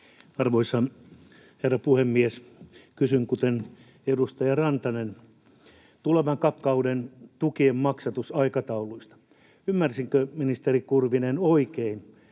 Arvoisa herra puhemies! Kysyn, kuten edustaja Rantanen, tulevan CAP-kauden tukien maksatusaikatauluista. Ministeri Kurvinen,